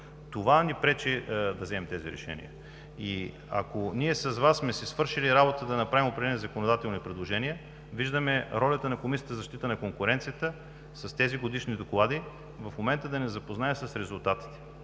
Това ни пречи да вземем тези решения. Ако ние с Вас сме си свършили работата, за да направим определени законодателни предложения, виждаме ролята на Комисията за защита на конкуренцията с тези годишни доклади в момента да ни запознава с резултатите.